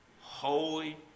holy